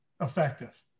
effective